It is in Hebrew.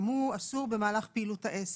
גם הוא אסור במהלך פעילות העסק.